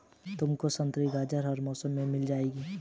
तुमको संतरी गाजर हर मौसम में मिल जाएगी